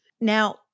Now